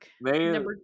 Man